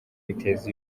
biteza